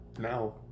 Now